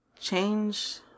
Change